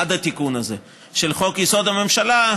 עד התיקון הזה של חוק-יסוד: הממשלה,